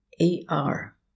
A-R